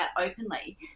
openly